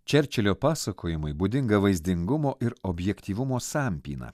čerčilio pasakojimui būdinga vaizdingumo ir objektyvumo sampyna